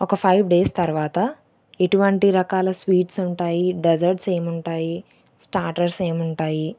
ఒక five days తరువాత ఎటువంటి రకాల స్వీట్స్ ఉంటాయి డెజర్ట్స్ ఏమి ఉంటాయి స్టాటర్స్ ఏమి ఉంటాయి